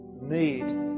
need